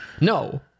No